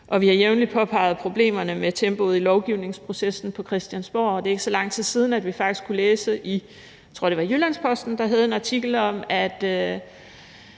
vi har jævnligt påpeget problemerne med tempoet i lovgivningsprocessen på Christiansborg. Det er ikke så lang tid siden, at vi i Jyllands-Posten, tror jeg det